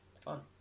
fun